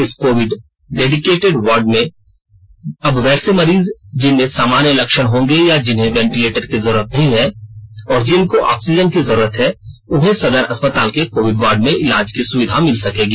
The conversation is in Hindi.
इस कोविड डेडिकेटेड वार्ड में अब वैसे मरीज जिनमें सामान्य लक्षण होंगे या जिन्हें वेंटीलेटर की जरूरत नहीं है और जिनको ऑक्सीजन की जरूरत है उन्हें सदर अस्पताल के कोविड वार्ड में इलाज की सुविधा मिल सकेगी